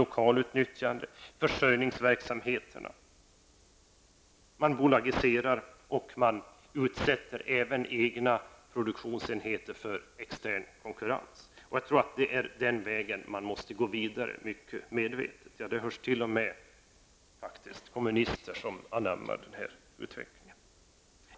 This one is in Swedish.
Man bolagiserar och utsätter även egna produktionsenheter för extern konkurrens. Jag tror att det är den vägen som man måste gå vidare mycket medvetet. Man hör t.o.m. kommunister som anammar den här utvecklingen.